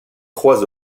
trois